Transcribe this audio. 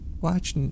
watch